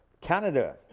Canada